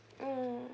mm